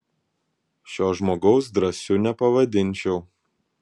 šio žmogaus drąsiu nepavadinčiau